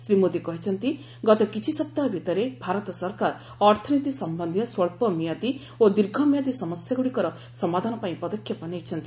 ଶ୍ରୀ ମୋଦି କହିଛନ୍ତି ଗତ କିଛି ସପ୍ତାହ ଭିତରେ ଭାରତ ସରକାର ଅର୍ଥନୀତି ସମ୍ଭନ୍ଧୀୟ ସ୍ୱଚ୍ଚମିଆଦୀ ଓ ଦୀର୍ଘମିଆଦୀ ସମସ୍ୟାଗୁଡ଼ିକର ସମାଧାନପାଇଁ ପଦକ୍ଷେପ ନେଇଛନ୍ତି